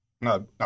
No